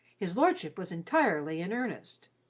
his lordship was entirely in earnest.